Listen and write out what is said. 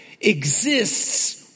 exists